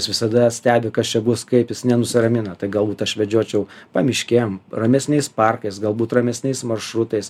jis visada stebi kas čia bus kaip jis nenusiramina tai galbūt aš vedžiočiau pamiškėm ramesniais parkais galbūt ramesniais maršrutais